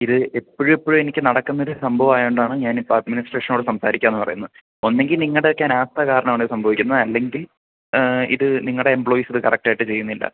ഇത് എപ്പോഴും എപ്പോഴും എനിക്ക് നടക്കുന്നൊരു സംഭവം ആയതുകൊണ്ടാണ് ഞാനിപ്പോൾ അഡ്മിനിസ്ട്രേഷനോട് സംസാരിക്കാമെന്ന് പറയുന്നത് ഒന്നുകിൽ നിങ്ങളുടെ ഒക്കെ അനാസ്ഥ കാരണം ആണ് സംഭവിക്കുന്നത് അല്ലെങ്കിൽ ഇത് നിങ്ങളുടെ എംപ്ലോയിസ് ഇത് കറക്റ്റ് ആയിട്ട് ചെയുന്നില്ല